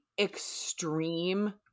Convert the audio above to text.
extreme